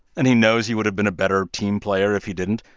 and he knows he would have been a better team player if he didn't,